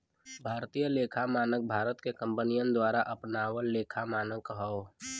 भारतीय लेखा मानक भारत में कंपनियन द्वारा अपनावल लेखा मानक हौ